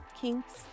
kinks